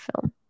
film